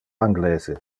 anglese